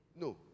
No